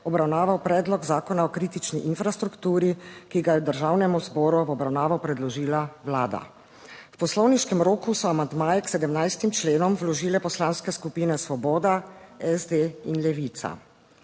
obravnaval Predlog zakona o kritični infrastrukturi, ki ga je Državnemu zboru v obravnavo predložila Vlada. V poslovniškem roku so amandmaje k 17 členom vložile Poslanske skupine Svoboda, SD in Levica.